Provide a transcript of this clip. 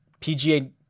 PGA